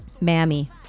Mammy